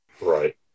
Right